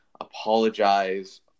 apologize